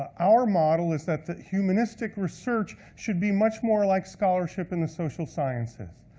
ah our model is that that humanistic research should be much more like scholarship in the social sciences.